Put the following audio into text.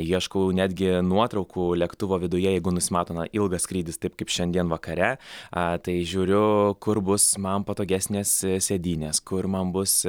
ieškau netgi nuotraukų lėktuvo viduje jeigu nusimato ilgas skrydis taip kaip šiandien vakare a tai žiūriu kur bus man patogesnės sėdynės kur man bus